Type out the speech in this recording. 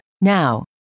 Now